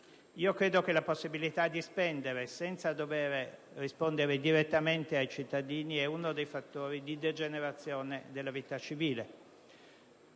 Credo che la possibilità di spendere senza dovere rispondere direttamente ai cittadini sia uno dei fattori di degenerazione della vita civile.